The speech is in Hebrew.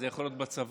זה יכול להיות בצבא,